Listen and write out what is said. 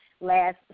last